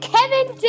Kevin